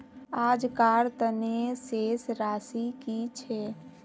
आजकार तने शेष राशि कि छे?